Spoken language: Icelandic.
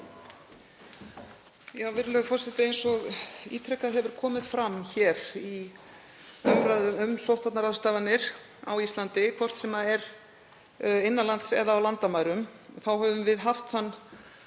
Virðulegi forseti. Eins og ítrekað hefur komið fram hér í umræðu um sóttvarnaráðstafanir á Íslandi, hvort sem er innan lands eða á landamærum, höfum við haft þann